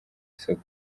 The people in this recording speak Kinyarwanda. isoko